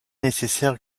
nécessaire